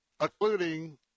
including